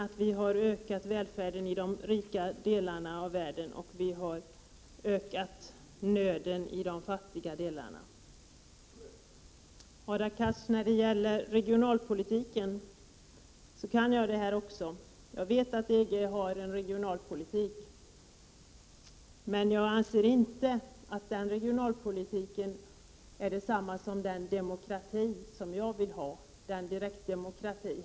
Vi har ökat välfärden i de rika delarna av världen, och vi har ökat nöden i de fattiga delarna. Hadar Cars, när det gäller regionalpolitiken så kan jag den frågan också. Jag vet att EG har en regionalpolitik, men jag anser inte att den regionalpolitiken är densamma som den demokrati som jag vill ha, nämligen en direktdemokrati.